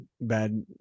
bad